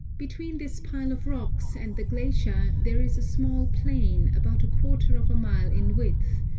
between this pile of rocks and the glacier there is a small plain, about a quarter of a mile in width,